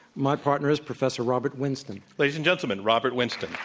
my partner is professor robert winston. ladies and gentlemen, robert winston.